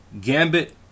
gambit